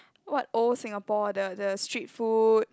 what old Singapore the the street food